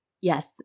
yes